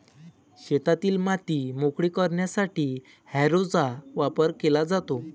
शेतातील माती मोकळी करण्यासाठी हॅरोचा वापर केला जातो